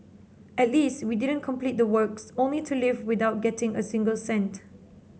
at least we didn't complete the works only to leave without getting a single cent